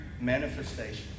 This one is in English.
manifestation